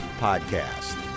Podcast